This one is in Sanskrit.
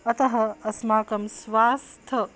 अतः अस्माकं स्वास्थ्यं